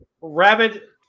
Rabbit